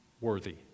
Worthy